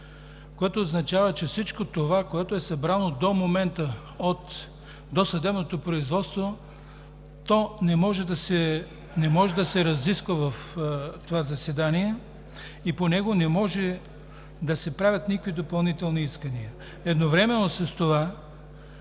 което означава, че всичко това, което е събрано до момента от досъдебното производство, не може да се разисква в това заседание и по него не може да се правят никакви допълнителни искания. Едновременно с това